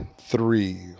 three